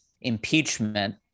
impeachment